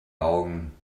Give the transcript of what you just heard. augen